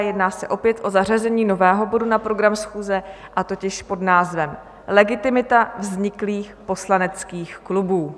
Jedná se opět o zařazení nového bodu na program schůze, a totiž pod názvem Legitimita vzniklých poslaneckých klubů.